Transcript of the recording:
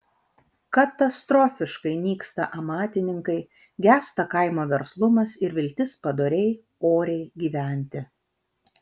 katastrofiškai nyksta amatininkai gęsta kaimo verslumas ir viltis padoriai oriai gyventi